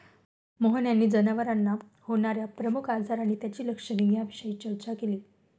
मोहन यांनी जनावरांना होणार्या प्रमुख आजार आणि त्यांची लक्षणे याविषयी चर्चा केली